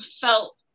felt